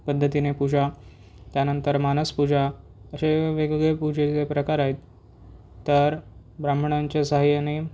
पद्धतीने पूजा त्यानंतर मानस पूजा असे वेगवेगळे पूजेचे प्रकार आहेत तर ब्राह्मणांच्या सहाय्याने